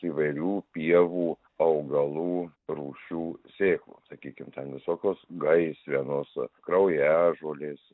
įvairių pievų augalų rūšių sėklų sakykim ten visokios gaisrenos kraujažolės